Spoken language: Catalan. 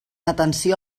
atenció